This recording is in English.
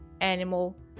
animal